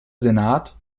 senat